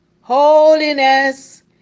Holiness